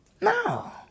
No